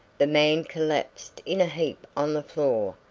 the man collapsed in a heap on the floor,